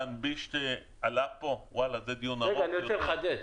אני רוצה לחדד,